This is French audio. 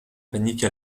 panique